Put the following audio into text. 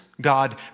God